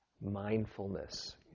mindfulness